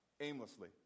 aimlessly